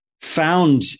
found